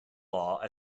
law